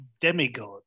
Demigod